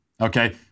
Okay